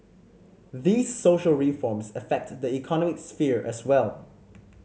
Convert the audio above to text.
these social reforms affect the economic sphere as well